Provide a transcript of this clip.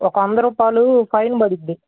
ఒక వంద రూపాయలు ఫైన్ పడుద్ది